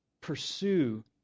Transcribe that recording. pursue